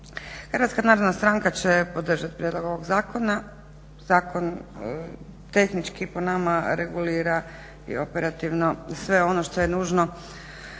kolegice i kolege. HNS će podržati prijedlog ovog zakona. Zakon tehnički po nama regulira i operativno sve ono što je nužno